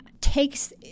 takes